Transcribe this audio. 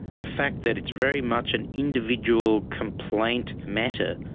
the fact that it's very much an individual complaint matter.